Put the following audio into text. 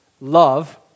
love